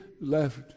left